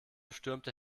stürmte